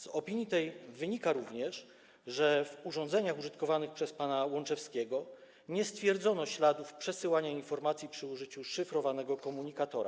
Z opinii tej wynika również, że w urządzeniach użytkowanych przez pana Łączewskiego nie stwierdzono śladów przesyłania informacji przy użyciu szyfrowanego komunikatora.